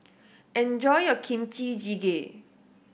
enjoy your Kimchi Jjigae